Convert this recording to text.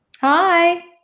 Hi